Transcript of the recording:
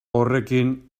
horrekin